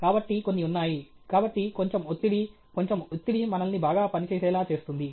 కాబట్టి కొన్ని ఉన్నాయి కాబట్టి కొంచెం ఒత్తిడి కొంచెం ఒత్తిడి మనల్ని బాగా పని చేసేలా చేస్తుంది